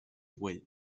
güell